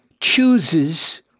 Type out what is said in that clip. chooses